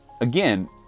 again